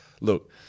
look